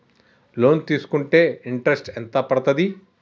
Loan తీస్కుంటే interest ఎంత పడ్తది?